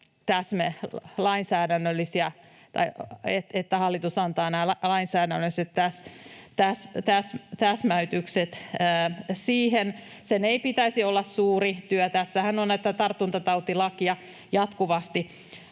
että hallitus antaa nämä lainsäädännölliset täsmäytykset siihen. Sen ei pitäisi olla suuri työ. Tässähän on tätä tartuntatautilakia jatkuvasti